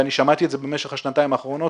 ואני שמעתי את זה במשך השנתיים האחרונות.